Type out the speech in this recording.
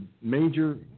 major